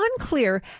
unclear